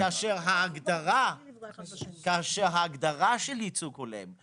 כאשר ההגדרה של ייצוג הולם,